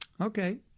Okay